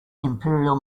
imperial